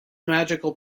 magical